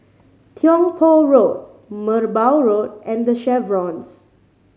Tiong Poh Road Merbau Road and The Chevrons